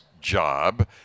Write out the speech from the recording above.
job